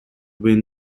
win